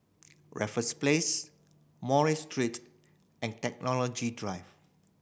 Raffles Place Murray Street and Technology Drive